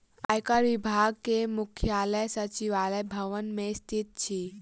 आयकर विभाग के मुख्यालय सचिवालय भवन मे स्थित अछि